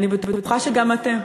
אני בטוחה שגם אתם.